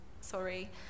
sorry